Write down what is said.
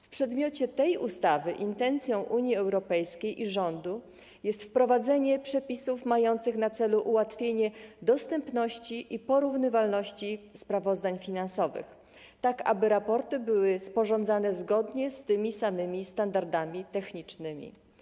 W przedmiocie tej ustawy intencją Unii Europejskiej i rządu jest wprowadzenie przepisów mających na celu ułatwienie dostępności i porównywalności sprawozdań finansowych, tak aby raporty były sporządzane zgodnie z tymi samymi standardami technicznymi.